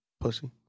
Pussy